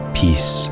peace